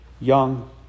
young